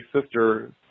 sister